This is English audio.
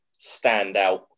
standout